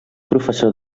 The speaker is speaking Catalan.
professor